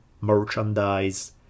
merchandise